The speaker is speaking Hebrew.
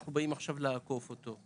אנחנו באים עכשיו לעקוף אותו.